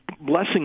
blessing